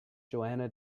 johanna